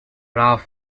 rough